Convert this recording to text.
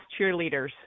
cheerleaders